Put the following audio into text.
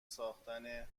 ساختن